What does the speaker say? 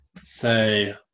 say